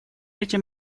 эти